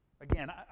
Again